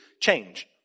change